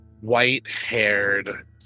white-haired